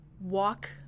walk